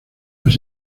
las